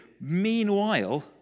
Meanwhile